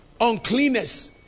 Uncleanness